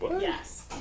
Yes